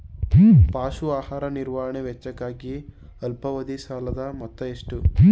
ಪಶು ಆಹಾರ ನಿರ್ವಹಣೆ ವೆಚ್ಚಕ್ಕಾಗಿ ಅಲ್ಪಾವಧಿ ಸಾಲದ ಮೊತ್ತ ಎಷ್ಟು?